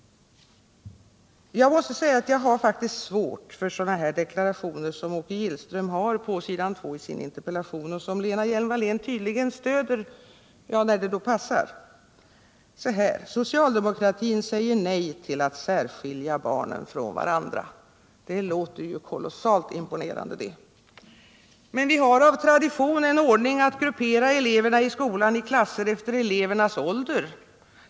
Jag måste säga att jag har svårt för sådana deklarationer som Åke Gillström gör i sin interpellation och som Lena Hjelm-Wallén tydligen stöder, när det passar: ”Socialdemokratin säger nej till att särskilja barnen från varandra.” Det låter ju kolossalt imponerande. Men vi har av tradition en ordning att gruppera eleverna i skolan i klasser efter elevernas ålder.